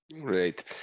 great